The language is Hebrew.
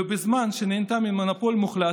ובזמן שנהנתה ממונופול מוחלט,